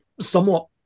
somewhat